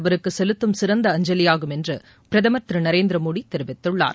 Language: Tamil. அவருக்கு செலுத்தும் சிறந்த அஞ்சலியாகும் என்று பிரதமர் திரு நரேந்திரமோடி தெரிவித்துள்ளார்